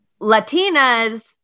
Latinas